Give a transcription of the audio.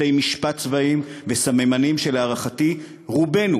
בתי-משפט צבאיים וסממנים שלהערכתי רובנו